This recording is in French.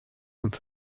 comme